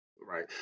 Right